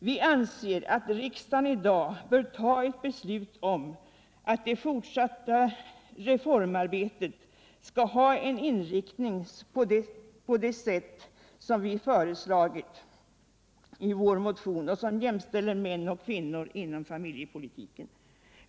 Vi anser att riksdagen i dag bör fatta ett beslut om att det fortsatta reformarbetet skalt ges den inriktning vi föreslagit i vår motion, som jämställer män och kvinnor inom familjepolitiken.